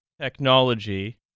Technology